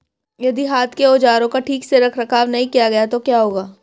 यदि हाथ के औजारों का ठीक से रखरखाव नहीं किया गया तो क्या होगा?